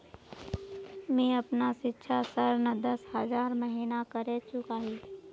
मी अपना सिक्षा ऋण दस हज़ार महिना करे चुकाही